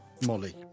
Molly